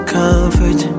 comfort